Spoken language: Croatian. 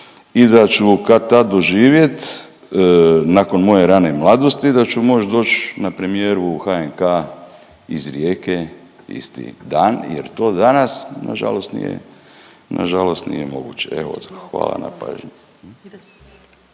i da ću kad-tad doživjeti, nakon moje rane mladosti, da ću moć doć na premijeru u HNK iz Rijeke isti dan jer to danas nažalost nije, nažalost nije moguće. Evo, hvala na pažnji.